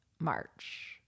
March